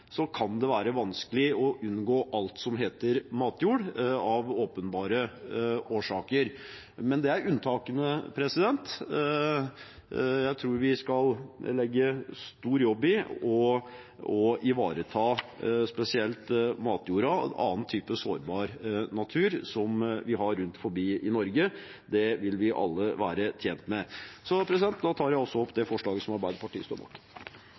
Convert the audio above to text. kan det være vanskelig å unngå alt som heter matjord, av åpenbare årsaker. Men det er unntakene. Jeg tror vi skal legge stor jobb i å ivareta spesielt matjorda og annen type sårbar natur som vi har rundt omkring i Norge. Det vil vi alle være tjent med. Jeg tar opp de forslagene som Arbeiderpartiet er en del av. Representanten Stein Erik Lauvås har tatt opp